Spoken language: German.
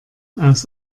aus